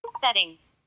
Settings